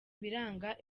biranga